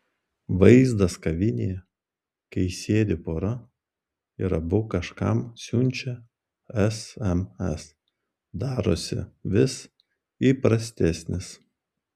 vaizdas kavinėje kai sėdi pora ir abu kažkam siunčia sms darosi vis įprastesnis